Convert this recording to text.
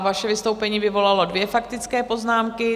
Vaše vystoupení vyvolalo dvě faktické poznámky.